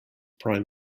prime